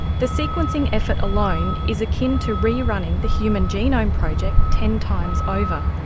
the sequencing effort alone is akin to re-running the human genome project ten times over.